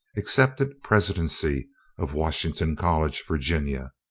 accepted presidency of washington college, virginia.